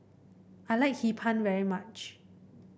I like Hee Pan very much